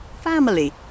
family